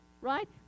right